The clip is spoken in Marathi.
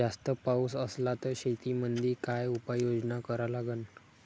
जास्त पाऊस असला त शेतीमंदी काय उपाययोजना करा लागन?